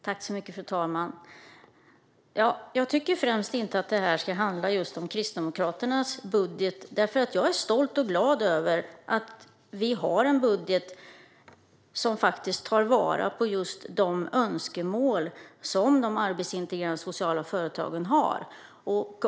Fru talman! Jag tycker inte att detta främst ska handla om Kristdemokraternas budgetförslag. Jag är stolt och glad över att vi har en budget som faktiskt tar vara på de önskemål som de arbetsintegrerande sociala företagen har.